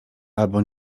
albo